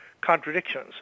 contradictions